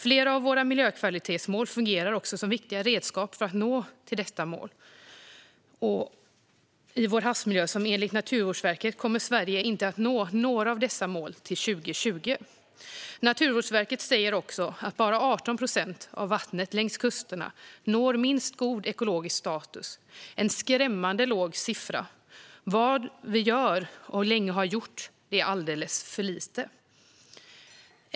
Flera av våra miljökvalitetsmål fungerar också som viktiga redskap för att nå detta mål för vår havsmiljö. Men enligt Naturvårdsverket kommer Sverige inte att nå några av dessa mål till 2020. Naturvårdsverket säger också att bara 18 procent av vattnet längs kusterna når minst god ekologisk status, en skrämmande låg siffra. Vad vi gör och länge har gjort är alldeles för lite.